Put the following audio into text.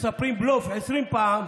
שכשמספרים בלוף עשרים פעם,